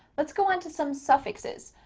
let's go onto some suffixes.